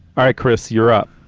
all right, chris. europe.